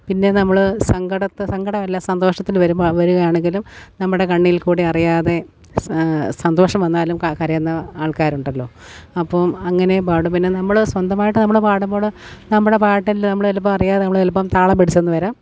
പിന്നെ നമ്മൾ സങ്കടത്തിൽ സങ്കടമല്ല സന്തോഷത്തിൽ വരുമ്പോൾ വരികയാണെങ്കിലും നമ്മുടെ കണ്ണിൽ കൂടെ അറിയാതെ സന്തോഷം വന്നാലും കരയുന്ന ആൾക്കാരുണ്ടല്ലോ അപ്പോൾ അങ്ങനെയും പാടും പിന്നെ നമ്മൾ സ്വന്തമായിട്ട് നമ്മൾ പാടുമ്പോൾ നമ്മുടെ പാട്ടിൽ നമ്മൾ ചിലപ്പം അറിയാതെ നമ്മൾ ചിലപ്പം താളം പിടിച്ചെന്ന് വരാം